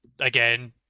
Again